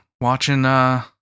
watching